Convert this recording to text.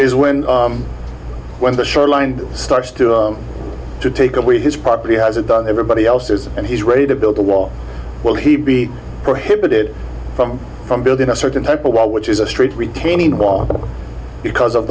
is when when the shoreline starts to take away his property has it done everybody else's and he's ready to build a wall will he be prohibited from from building a certain type of wall which is a street retaining wall because of